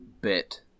bit